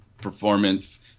performance